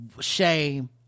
shame